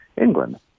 England